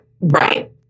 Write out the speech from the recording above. Right